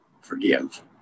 Forgive